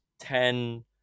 Ten